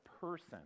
person